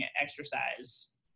exercise